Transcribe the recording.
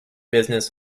business